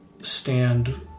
stand